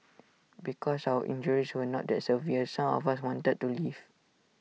because our injuries were not that severe some of us wanted to leave